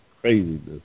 craziness